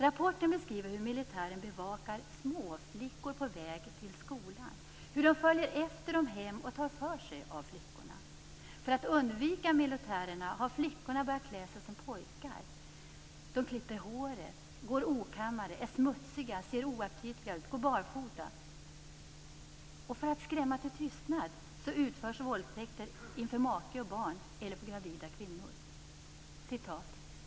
Rapporten beskriver hur militären bevakar småflickor på väg till skolan, hur militärer följer efter dem hem och tar för sig av flickorna. För att undvika militärerna har flickorna börjat klä sig som pojkar. De klipper håret, går okammade, är smutsiga, ser oaptitliga ut och går barfota. För att skrämma till tystnad utförs våldtäkter inför make och barn eller på gravida kvinnor.